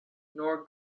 nor